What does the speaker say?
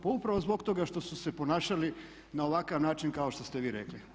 Pa upravo zbog toga što su se ponašali na ovakav način kao što ste vi rekli.